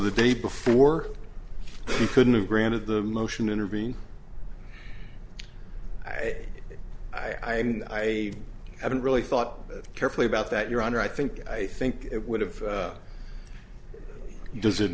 the day before he couldn't have granted the motion intervene i haven't i haven't really thought carefully about that your honor i think i think it would have does it